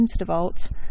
instavolt